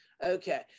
Okay